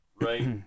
Right